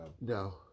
No